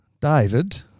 David